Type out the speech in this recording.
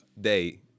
day